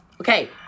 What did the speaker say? Okay